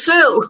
Sue